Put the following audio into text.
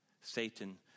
Satan